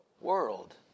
world